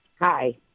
Hi